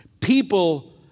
people